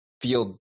field